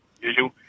usual